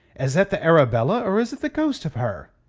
is that the arabella or is it the ghost of her?